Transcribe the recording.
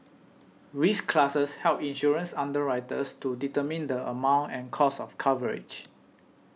risk classes help insurance underwriters to determine the amount and cost of coverage